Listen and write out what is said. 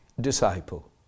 disciple